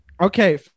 Okay